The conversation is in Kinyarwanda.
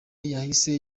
yahise